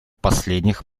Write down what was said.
последних